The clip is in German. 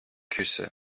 küsse